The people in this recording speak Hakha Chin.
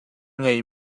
ngei